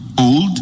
Old